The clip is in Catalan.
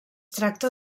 tracta